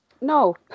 No